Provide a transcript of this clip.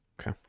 Okay